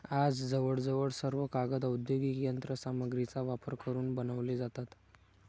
आज जवळजवळ सर्व कागद औद्योगिक यंत्र सामग्रीचा वापर करून बनवले जातात